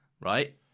Right